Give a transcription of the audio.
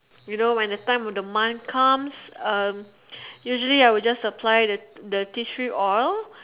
you know when the time of the month comes um usually I will just apply the the tea tree oil